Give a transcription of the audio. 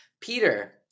Peter